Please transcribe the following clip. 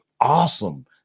awesome